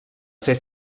ser